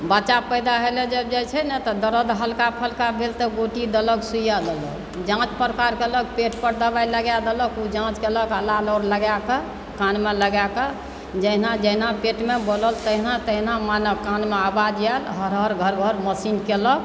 बच्चा पैदा होबै ला जब जाइत छै नहि तऽ दर्द हल्का फुल्का भेल तऽ गोटी देलक सुइआ देलक जाँच पड़ताल कयलक पेटपर दवाइ लगा देलक ओ जाँच कयलक आला आओर लगाकऽ कानमे लगाकऽ जहिना जहिना पेटमे बोलल तहिना तहिना मानु कानमे आवाज आएल हर हर घर घर मशीन कयलक